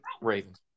Ravens